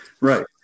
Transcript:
Right